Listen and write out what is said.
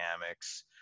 dynamics